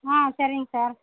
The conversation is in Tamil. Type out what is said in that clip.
ஆ சரிங்க சார்